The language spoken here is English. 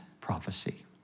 prophecy